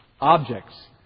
objects